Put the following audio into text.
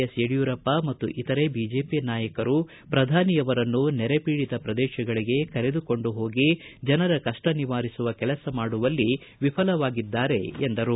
S Yediyurappa ಮತ್ತು ಇತರೆ BJP ನಾಯಕರು ಪ್ರಧಾನಿ ಅವರನ್ನು ನೆರೆ ಪೀಡಿತ ಪ್ರದೇಶಗಳಿಗೆ ಕರೆದುಕೊಂಡು ಹೋಗಿ ಜನರ ಕಪ್ಪ ನಿವಾರಿಸುವ ಕೆಲಸ ಮಾಡುವುದರಲ್ಲಿ ವಿಫಲವಾಗಿದ್ದಾರೆ ಎಂದರು